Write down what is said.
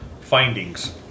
findings